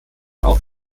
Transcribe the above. auch